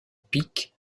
pic